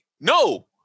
no